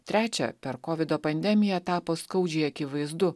trečia per kovido pandemiją tapo skaudžiai akivaizdu